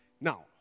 Now